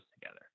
together